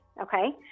okay